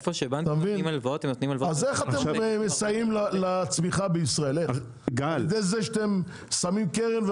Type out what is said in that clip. אז איך אתם מסייעים לצמיחה בישראל בזה שאתם שמים קרן,